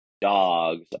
dogs